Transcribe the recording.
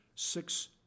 six